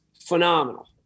phenomenal